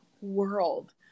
world